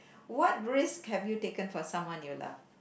what risks have you taken for someone you love